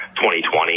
2020